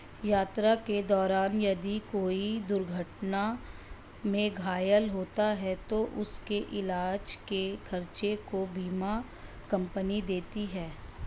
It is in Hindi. यात्रा के दौरान यदि कोई दुर्घटना में घायल होता है तो उसके इलाज के खर्च को बीमा कम्पनी देती है